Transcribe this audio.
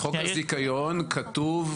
בחוק הזיכיון כתוב,